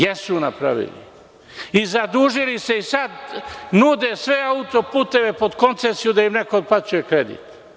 Jesu napravili i zadužili se i sad nude sve autoputeve pod koncesiju da im neko otplaćuje kredit.